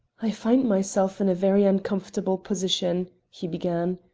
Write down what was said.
i find myself in a very uncomfortable position, he began.